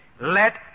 Let